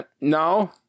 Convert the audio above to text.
no